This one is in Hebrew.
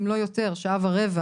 אם לא יותר, שעה ורבע,